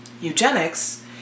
eugenics